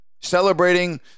celebrating